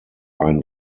ein